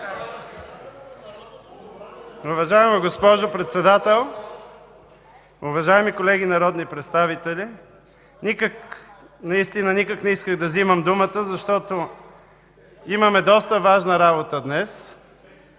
Уважаема госпожо Председател, уважаеми колеги народни представители! Наистина никак не исках да взимам думата, защото имаме доста важна работа днес